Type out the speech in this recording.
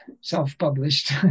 Self-published